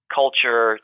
culture